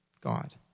God